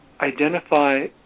identify